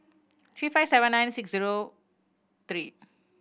three five seven nine six zero three